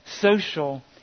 social